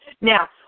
Now